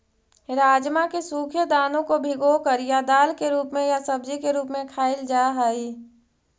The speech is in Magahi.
राजमा के सूखे दानों को भिगोकर या दाल के रूप में या सब्जी के रूप में खाईल जा हई